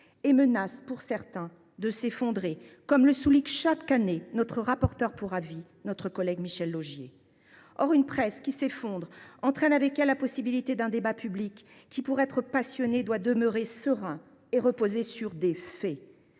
et menacent, pour certains, de s’effondrer, comme le souligne chaque année le rapporteur pour avis des crédits de la presse, notre collègue Michel Laugier. Or une presse qui s’effondre entraîne avec elle la possibilité d’un débat public qui, pour être passionné, doit demeurer serein et reposer sur des faits.